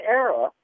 era